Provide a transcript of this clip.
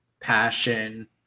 passion